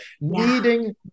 Needing